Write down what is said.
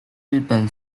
日本